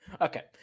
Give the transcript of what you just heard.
Okay